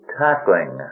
tackling